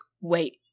wait